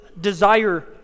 desire